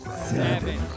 seven